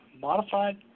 modified